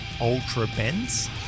ultra-bends